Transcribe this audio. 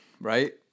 right